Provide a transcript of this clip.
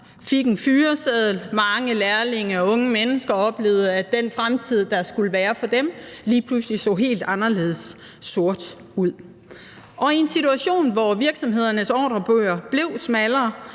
fik en fyreseddel og mange lærlinge og unge mennesker oplevede, at den fremtid, der skulle være for dem, lige pludselig så helt anderledes sort ud. I en situation, hvor virksomhedernes ordrebøger blev tyndere,